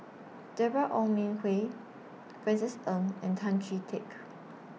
Deborah Ong Min Hui Francis Ng and Tan Chee Teck